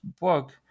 book